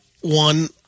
one